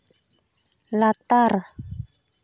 ᱞᱟᱛᱟᱨ